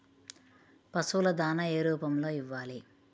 పశువుల దాణా ఏ రూపంలో ఇవ్వాలి?